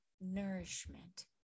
nourishment